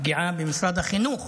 הפגיעה במשרד החינוך